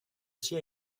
sia